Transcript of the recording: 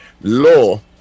law